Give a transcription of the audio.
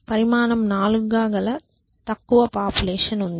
పరిమాణం 4 గా గల తక్కువ పాపులేషన్ ఉంది